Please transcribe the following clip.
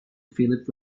philip